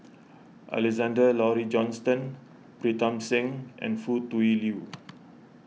Alexander Laurie Johnston Pritam Singh and Foo Tui Liew